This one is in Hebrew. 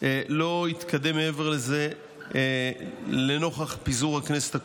לא התקדם מעבר לזה, לנוכח פיזור הכנסת הקודמת.